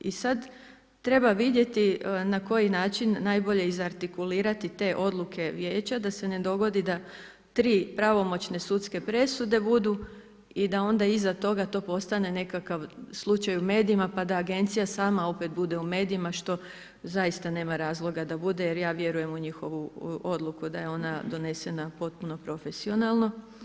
I sad treba vidjeti na koji način, najbolje izartikulirati te odluke vijeća da se ne dogodi da 3 pravomoćne sudske presude, budu i da onda iza toga to postane nekakav slučaj u medijima pa da agencija sama opet bude u medijima što zaista nema razloga da bude, jer ja vjerujem u njihovu odluku da je ona donesena potpuno profesionalno.